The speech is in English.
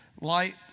light